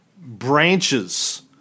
branches